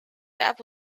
that